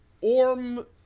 Orm